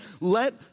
let